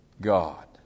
God